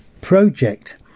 project